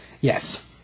Yes